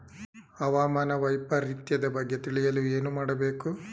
ಹವಾಮಾನ ವೈಪರಿತ್ಯದ ಬಗ್ಗೆ ತಿಳಿಯಲು ಏನು ಮಾಡಬೇಕು?